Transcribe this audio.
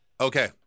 okay